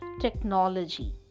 technology